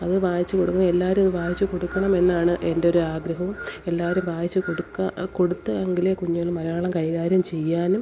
അത് വായിച്ച് കൊടുക്കും എല്ലാവരും അത് വായിച്ച് കൊടുക്കണമെന്നാണ് എൻറ്റൊരാഗ്രഹവും എല്ലാവരും വായിച്ച് കൊടുക്കാൻ ആ കൊടുത്തെങ്കിലേ കുഞ്ഞുങ്ങൾ മലയാളം കൈകാര്യം ചെയ്യാനും